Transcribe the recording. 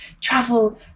travel